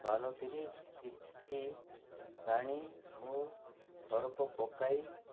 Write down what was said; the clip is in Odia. ବାଲ୍ତିରେ କିଛି ପାଣି ଓ ସର୍ଫ ପକାଇ